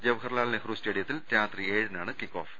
ജവഹർലാൽ നെഹ്രു സ്റ്റേഡി യത്തിൽ രാത്രി ഏഴിനാണ് കിക്കോഫ്